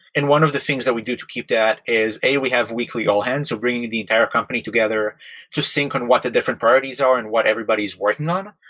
and one of the things that we do to keep that is, a, we have weekly all-hands. so bringing the entire company together to sync on what the different priorities are and what everybody is working on.